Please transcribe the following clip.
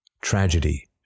tragedy